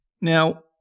Now